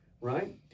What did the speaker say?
right